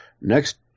next